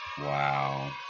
Wow